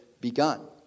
begun